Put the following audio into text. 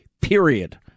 period